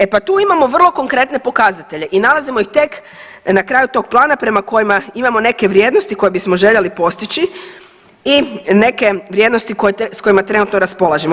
E pa tu imamo vrlo konkretne pokazatelje i nalazimo ih tek na kraju tog plana prema kojima imamo neke vrijednosti koje bismo željeli postići i neke vrijednosti s kojima trenutno raspolažemo.